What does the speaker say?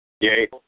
Yay